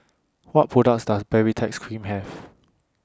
What products Does Baritex Cream Have